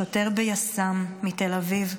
שוטר ביס"מ מתל אביב,